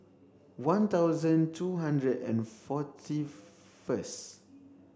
one thousand two hundred and forty first